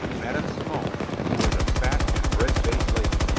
madam simon, who was a fat and red-faced lady,